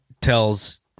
tells